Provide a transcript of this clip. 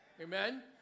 Amen